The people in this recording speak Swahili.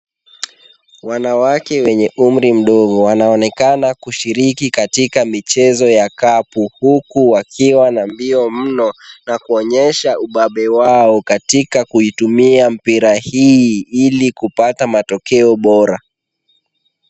Wanawake wenye umri mdogo wanaonekana kushiriki katika michezo ya kapu huku wakiwa na mbio mno na kuonyesha ubabe wao katika kuitumia mpira hii ili kupata matokeo bora.